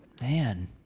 man